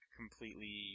completely